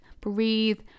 breathe